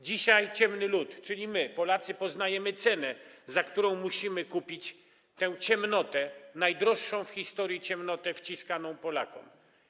Dzisiaj ciemny lud, czyli my, Polacy, poznajemy cenę, za którą musimy kupić tę ciemnotę, najdroższą w historii ciemnotę wciskaną Polakom.